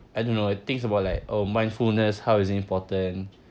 I don't know things about like oh mindfulness how is it important